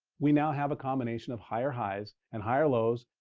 we now have a combination of higher highs and higher lows.